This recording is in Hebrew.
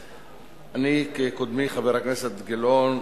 אני, כקודמי חבר הכנסת גילאון,